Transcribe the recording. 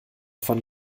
von